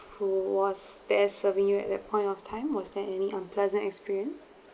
who was there serving you at that point of time was there any unpleasant experience